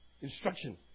instruction